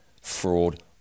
fraud